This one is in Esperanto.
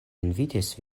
invitis